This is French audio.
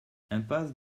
impasse